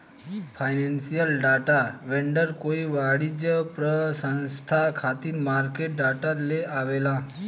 financial data vendor कोई वाणिज्यिक पसंस्था खातिर मार्केट डाटा लेआवेला